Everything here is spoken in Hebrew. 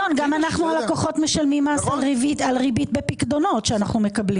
גם אנחנו הלקוחות משלמים מס על ריבית בפיקדונות שאנחנו מקבלים.